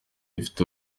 ifite